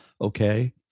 okay